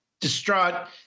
distraught